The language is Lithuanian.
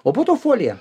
o po to foliją